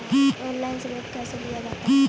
Online ऋण कैसे लिया जाता है?